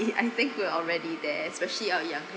I think we're already there especially our younger